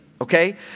Okay